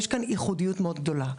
יש כאן ייחודיות מאוד גדולה.